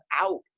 out